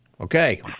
Okay